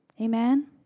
Amen